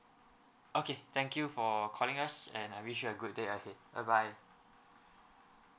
okay thank you for calling us and I wish you a good day ahead bye bye